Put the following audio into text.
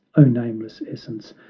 o nameless essence,